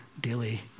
daily